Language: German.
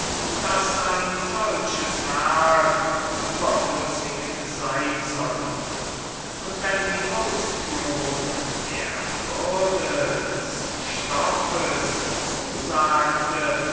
daß ein solches werk überflüssig sein sollte und wenn die ausführung der würde des stoffes zusagte